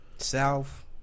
South